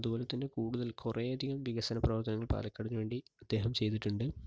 അതുപോലെതന്നെ കൂടുതൽ കുറേയധികം വികസന പ്രവർത്തനങ്ങൾ പാലക്കാടിനു വേണ്ടി അദ്ദേഹം ചെയ്തിട്ടുണ്ട്